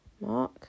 Mark